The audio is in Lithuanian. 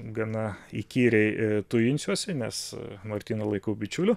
gana įkyriai tujinsiuosi nes martyną laikau bičiuliu